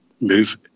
move